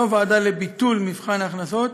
לא ועדה לביטול מבחן ההכנסות